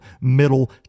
middle